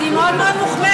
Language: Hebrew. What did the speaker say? אני מאוד מוחמאת.